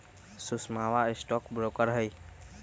सुषमवा stock broker हई